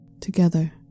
together